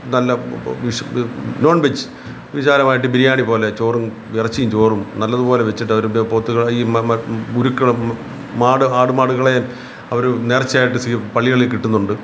നല്ല വിശ് non veg വിചാരമായിട്ട് ബിരിയാണി പോലെ ചോറും ഇറച്ചിയും ചോറും നല്ലതുപോലെ വെച്ചിട്ട് അവർ പോത്തുകളെ ഈ മുരുക്കൾ മാട് ആടുമാടുകളേയും അവർ നേർച്ചയായിട്ട് സ്വി പള്ളികളിൽ കിട്ടുന്നുണ്ട്